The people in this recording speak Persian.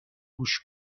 گوش